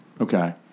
Okay